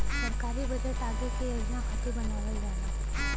सरकारी बजट आगे के योजना खातिर बनावल जाला